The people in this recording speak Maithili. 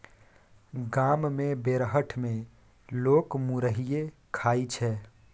गाम मे बेरहट मे लोक मुरहीये खाइ छै